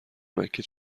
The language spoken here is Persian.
مکه